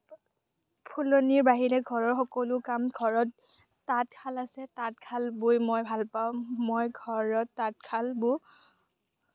ফুলনিৰ বাহিৰে ঘৰৰ সকলো কাম ঘৰত তাঁতশাল আছে তাঁতশাল বৈ মই ভাল পাওঁ মই ঘৰত তাতঁশাল বওঁ